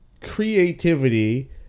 creativity